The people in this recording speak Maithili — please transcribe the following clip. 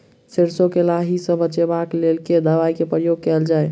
सैरसो केँ लाही सऽ बचाब केँ लेल केँ दवाई केँ प्रयोग कैल जाएँ छैय?